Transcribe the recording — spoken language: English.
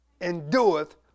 endureth